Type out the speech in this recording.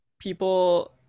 people